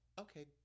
Okay